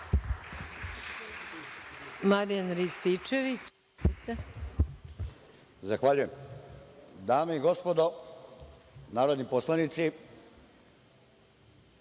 **Marijan Rističević** Zahvaljujem. Dame i gospodo narodni poslanici,